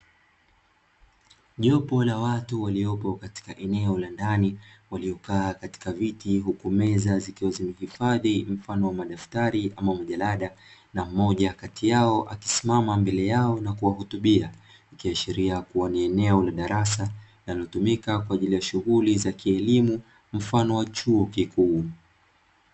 Jopo la watu waliopo katika eneo la ndani, walio kaa katika viti huku meza zikiwa zimehifadhi mfano wa madaftari ama majalada na mmoja kati yao akisimama mbele yao na kuwahutubia, ikiashilia kuwa ni eneo la darasa nilalotumika kwa ajili shughuli za kielimu, mfano wa chuo kikuu.